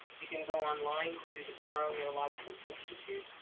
you can go online to the barrow neurological institute.